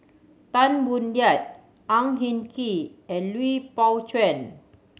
Tan Boo Liat Ang Hin Kee and Lui Pao Chuen